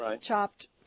chopped